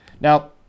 Now